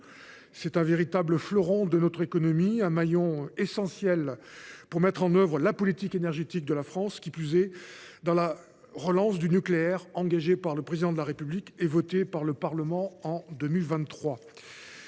d’un véritable fleuron de notre économie, d’un maillon essentiel de la mise en œuvre de la politique énergétique de la France, notamment de la relance du nucléaire engagée par le Président de la République et votée par le Parlement en 2023.